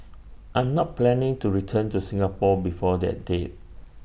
I'm not planning to return to Singapore before that date